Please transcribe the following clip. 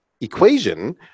Equation –